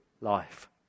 life